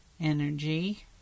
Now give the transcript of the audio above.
energy